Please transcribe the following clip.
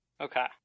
Okay